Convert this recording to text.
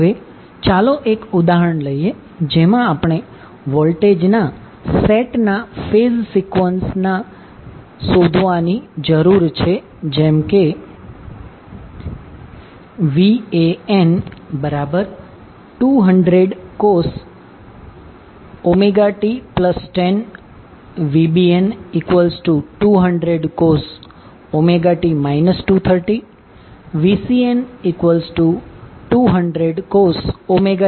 હવે ચાલો એક ઉદાહરણ લઈએ જેમાં આપણે વોલ્ટેજના સેટ ના ફેઝ સિકવન્સના ને શોધવાની જરૂર છે જેમકે van 200 cos ωt10 vbn200 cos ωt 230 vcn200 cos ωt 110